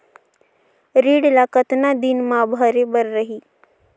ऋण ला कतना दिन मा भरे बर रही?